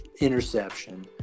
interception